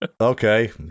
Okay